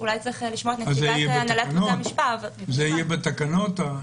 זה יהיה בתקנות?